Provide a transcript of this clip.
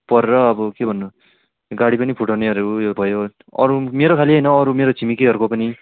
परेर अब के भन्नु गाडी पनि फुटाउनेहरू उयो भयो अरू मेरो खालि होइन अरू मेरो छिमेकीहरूको पनि